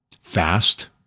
fast